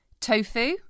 Tofu